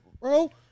bro